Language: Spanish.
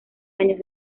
años